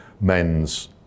men's